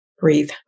breathe